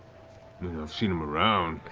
seen him around.